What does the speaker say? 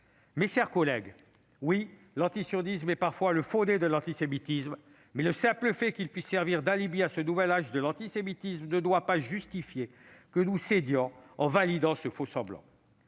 Mes chers collègues, oui l'antisionisme est parfois le faux nez de l'antisémitisme, mais le simple fait qu'il puisse servir d'alibi à ce nouvel âge de l'antisémitisme ne doit pas justifier que nous cédions en validant ce faux-semblant.